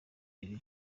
lil